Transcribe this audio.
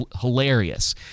hilarious